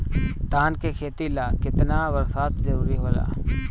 धान के खेती ला केतना बरसात जरूरी होला?